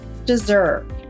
deserve